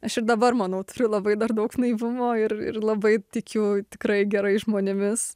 aš ir dabar manau turiu labai dar daug naivumo ir ir labai tikiu tikrai gerai žmonėmis